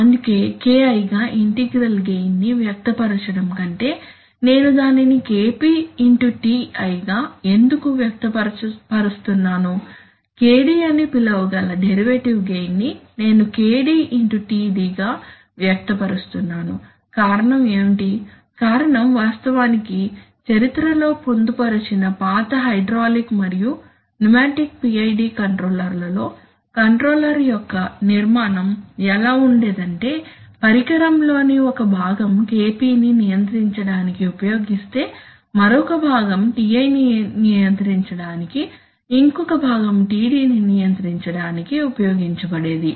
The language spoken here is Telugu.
అందుకే KI గా ఇంటిగ్రల్ గెయిన్ ని వ్యక్తపరచడం కంటే నేను దానిని KP X TI గా ఎందుకు వ్యక్తపరుస్తున్నాను KD అని పిలవగల డెరివేటివ్ గెయిన్ ని నేను KD X TD గా వ్యక్తపరుస్తున్నాను కారణం ఏమిటి కారణం వాస్తవానికి చరిత్రలో పొందుపరిచిన పాత హైడ్రాలిక్ మరియు న్యూమాటిక్ PID కంట్రోలర్లలో కంట్రోలర్ యొక్క నిర్మాణం ఎలా ఉండేదంటే పరికరంలో ని ఒక భాగం KPని నియంత్రించడానికి ఉపయోగిస్తే మరొక భాగం TI నియంత్రించడానికి ఇంకొక భాగం TD ని నియంత్రించడానికి ఉపయోగించబడేది